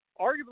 arguably